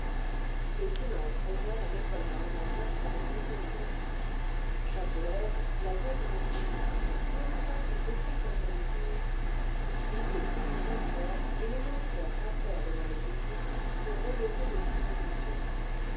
le silence régna dans l'école parlementaire pendant quelques minutes chaque élève la tête dans ses mains médita son petit ordre du jour puis les plumes grincèrent et les moniteurs passèrent devant les pupitres pour relever les compositions